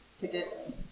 ticket